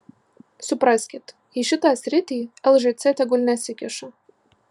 supraskit į šitą sritį lžc tegul nesikiša